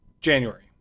January